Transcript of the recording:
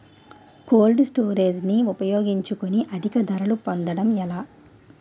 Cold storage ని ఉపయోగించుకొని అధిక ధరలు పొందడం ఎలా?